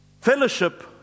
Fellowship